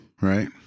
Right